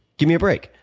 give me a break.